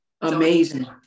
Amazing